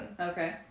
Okay